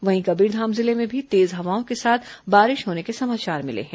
वहीं कबीरधाम जिले में भी तेज हवाओं के साथ बारिश होने के समाचार मिले हैं